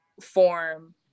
form